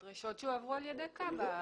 הדרישות שהועברו על ידי כב"ה.